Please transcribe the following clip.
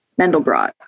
Mendelbrot